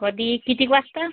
कधी किती वाजता